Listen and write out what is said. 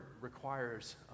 requires